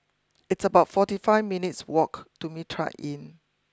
it's about forty five minutes' walk to Mitraa Inn